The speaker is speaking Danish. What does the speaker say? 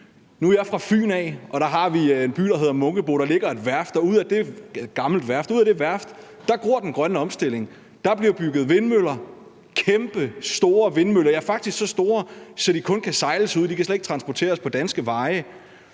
Nu er jeg fra Fyn, og der har vi en by, der hedder Munkebo. Der ligger et gammelt værft, og ud af det værft gror den grønne omstilling. Der bliver bygget vindmøller, kæmpestore vindmøller. Ja, de er faktisk så store, at de kun kan sejles ud; de kan slet ikke transporteres på danske veje.